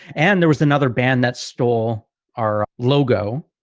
and there was another band that stole our logo.